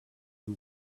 you